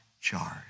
charge